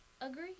agree